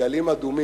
ודגלים אדומים.